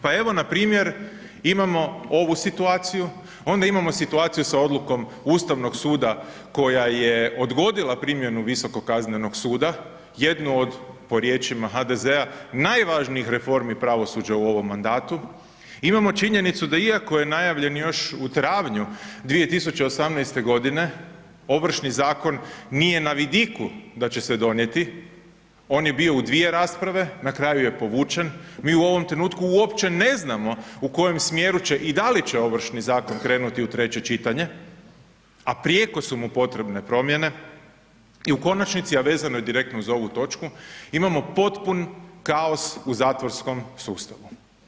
Pa evo npr. imamo ovu situaciju, onda imamo situaciju sa odlukom Ustavnog suda koja je odgodila primjenu Visokog kaznenog suda, jednu od po riječima HDZ-a, najvažnijih reformi pravosuđa u ovom mandatu, imamo činjenicu da iako je najavljen još u travnju 2018. g., Ovršni zakon nije na vidiku da će se donijeti, on je bio u dvije rasprave, na kraju je povučen, mi u ovom trenutku uopće ne znamo u kojem smjeru će i da li će Ovršni zakon krenuti u treće čitanje, a prijeko su mu potrebne promjene i u konačnici a vezano je direktno uz ovu točku, imamo potpun kaos u zatvorskom sustavu.